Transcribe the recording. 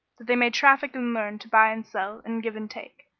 that they may traffic and learn to buy and sell and give and take,